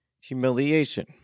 humiliation